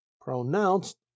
pronounced